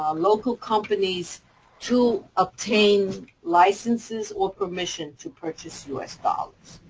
um local companies to obtain licenses or permission to purchase u s. dollars.